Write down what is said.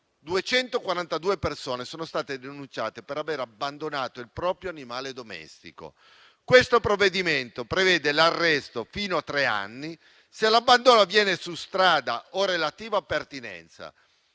242 persone sono state denunciate per aver abbandonato il proprio animale domestico. Questo provvedimento prevede l'arresto fino a tre anni se l'abbandono avviene su strada o relativa pertinenza;